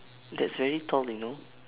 that's very tall you know